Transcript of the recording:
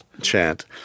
chant